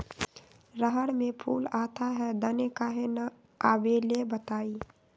रहर मे फूल आता हैं दने काहे न आबेले बताई?